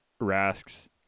Rask's